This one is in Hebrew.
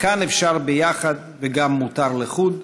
"וכאן אפשר ביחד ומותר גם לחוד,